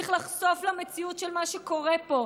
צריך לחשוף אותם למציאות של מה שקורה פה.